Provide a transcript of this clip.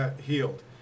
healed